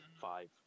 five